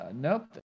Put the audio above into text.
Nope